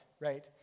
right